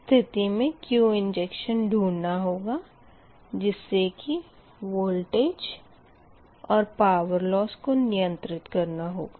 इस स्थिति मे Q इंजेक्शन ढूँढना होगा जिस से कि वोल्टेज और पावर लॉस को नियंत्रित करना होगा